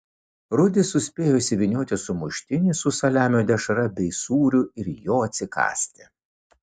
rudis suspėjo išsivynioti sumuštinį su saliamio dešra bei sūriu ir jo atsikąsti